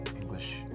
English